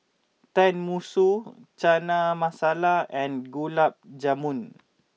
Tenmusu Chana Masala and Gulab Jamun